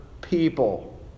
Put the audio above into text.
people